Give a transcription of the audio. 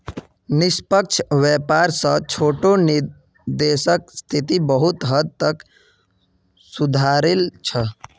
निष्पक्ष व्यापार स छोटो देशक स्थिति बहुत हद तक सुधरील छ